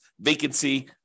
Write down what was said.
vacancy